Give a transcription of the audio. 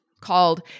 called